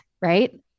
Right